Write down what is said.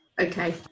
Okay